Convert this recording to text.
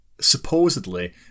supposedly